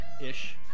Ish